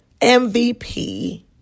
MVP